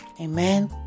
Amen